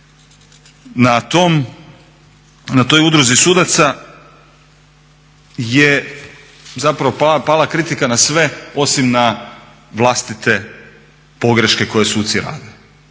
na toj Udruzi sudaca je zapravo pala kritika na sve osim na vlastite pogreške koje suci rade,